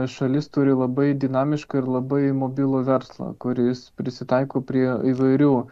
šalis turi labai dinamišką ir labai mobilų verslą kuris prisitaiko prie įvairių